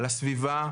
על הסביבה,